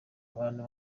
abantu